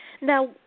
Now